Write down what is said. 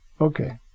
Okay